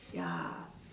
ya